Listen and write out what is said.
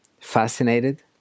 fascinated